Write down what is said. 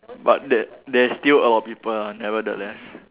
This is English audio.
but that there is still a lot of people ah nevertheless